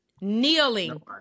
Kneeling